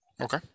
Okay